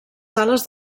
sales